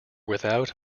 without